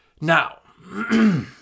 Now